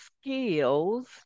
skills